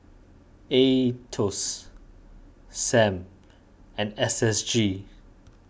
Aetos Sam and S S G